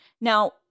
Now